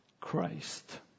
Christ